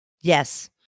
Yes